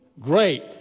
great